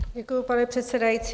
Děkuji, pane předsedající.